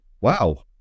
wow